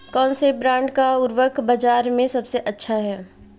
कौनसे ब्रांड का उर्वरक बाज़ार में सबसे अच्छा हैं?